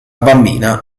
bambina